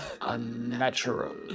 unnatural